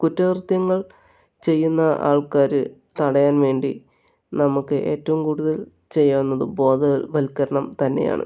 കുറ്റകൃത്യങ്ങൾ ചെയ്യുന്ന ആൾക്കാരെ തടയാൻ വേണ്ടി നമുക്ക് ഏറ്റവും കൂടുതൽ ചെയ്യാവുന്നത് ബോധവൽക്കരണം തന്നെയാണ്